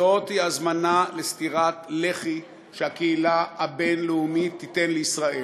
זאת הזמנה לסטירת לחי שהקהילה הבין-לאומית תיתן לישראל,